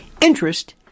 interest